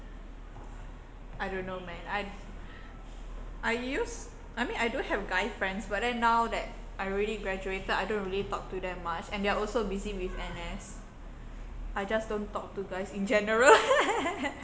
I don't know man I I used I mean I don't have guy friends but then now that I already graduated I don't really talk to them much and they are also busy with N_S I just don't talk to guys in general